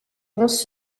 pensent